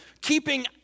keeping